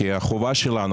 כי החובה שלנו,